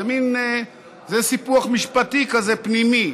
זה סיפוח משפטי כזה פנימי,